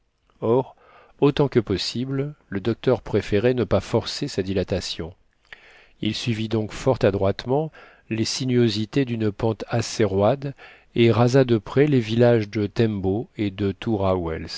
or autant que possible le docteur préférait ne pas forcer sa dilatation il suivit donc fort adroitement les sinuosités d'une pente assez roide et rasa de près les villages de thembo et de